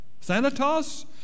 Thanatos